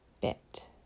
bit